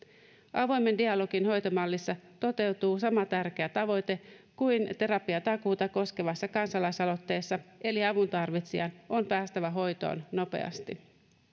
avoimen dialogin hoitomallissa toteutuu sama tärkeä tavoite kuin terapiatakuuta koskevassa kansalaisaloitteessa eli avuntarvitsijan on päästävä hoitoon nopeasti